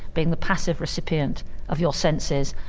being the passive recipient of your senses,